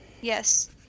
yes